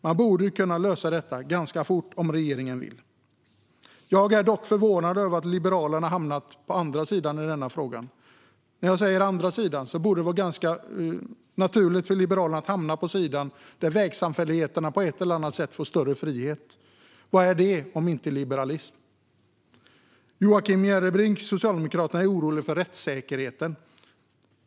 Man borde kunna lösa detta fort, om regeringen vill. Jag är dock förvånad över att Liberalerna hamnat på andra sidan i frågan. När jag säger andra sidan handlar det om att det borde vara naturligt för Liberalerna att hamna på den sida där vägsamfälligheterna på ett eller annat sätt får större frihet. Vad är det om inte liberalism? Socialdemokraternas Joakim Järrebring är orolig för rättssäkerheten.